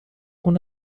اون